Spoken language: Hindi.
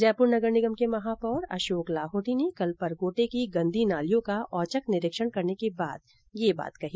जयपुर नगर निगम के महापौर अशोक लाहोटी ने कल परकोटे की गन्दी नालियों का औचक निरीक्षण करने के बाद ये बात कही